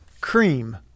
Cream